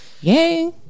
yay